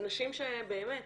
נשים שבאמת,